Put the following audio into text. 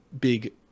big